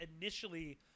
initially